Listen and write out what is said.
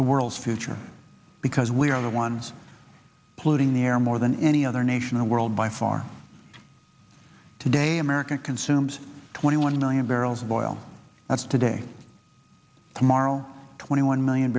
the world's future because we are the ones polluting the air more than any other nation in the world by far today america consumes twenty one million barrels of oil that's today tomorrow twenty one million